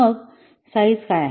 मग साईझ काय आहे